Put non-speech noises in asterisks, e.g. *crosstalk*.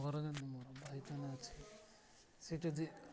*unintelligible*